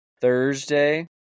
Thursday